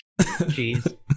Jeez